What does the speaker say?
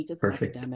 Perfect